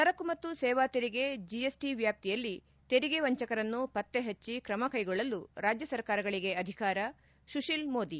ಸರಕು ಮತ್ತು ಸೇವಾ ತೆರಿಗೆ ಜಿಎಸ್ಟಿ ವ್ಯಾಪ್ತಿಯಲ್ಲಿ ತೆರಿಗೆ ವಂಚಕರನ್ನು ಪತ್ತೆ ಹಟ್ಟಿ ಕ್ರಮ ಕೈಗೊಳ್ಳಲು ರಾಜ್ಯ ಸರ್ಕಾರಗಳಿಗೆ ಅಧಿಕಾರ ಸುಶೀಲ್ ಮೋದಿ